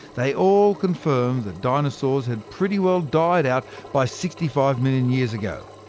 they all confirm that dinosaurs had pretty well died out by sixty five million years ago.